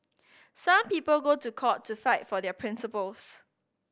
some people go to court to fight for their principles